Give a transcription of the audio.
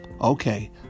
Okay